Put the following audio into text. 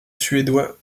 suédois